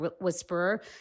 whisperer